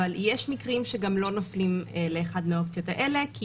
אבל יש מקרים שגם לא נופלים לאחת מהאופציות האלה כי